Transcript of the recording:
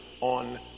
on